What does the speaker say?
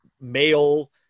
male